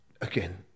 again